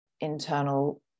internal